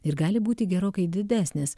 ir gali būti gerokai didesnis